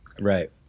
Right